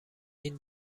این